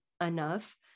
enough